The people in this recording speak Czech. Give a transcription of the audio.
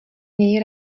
něj